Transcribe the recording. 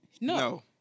No